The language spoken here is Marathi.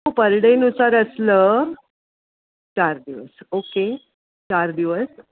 पर डेनुसार असलं चार दिवस ओके चार दिवस